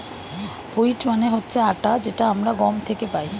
wheat মানে হচ্ছে আটা যেটা আমরা গম থেকে পাই